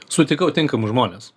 sutikau tinkamus žmones